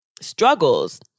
struggles